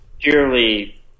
purely